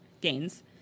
gains